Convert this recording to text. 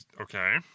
Okay